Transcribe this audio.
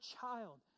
child